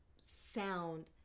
sound